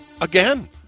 again